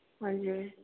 हजुर